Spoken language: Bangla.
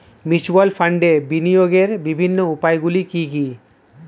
মিউচুয়াল ফান্ডে বিনিয়োগের বিভিন্ন উপায়গুলি কি কি?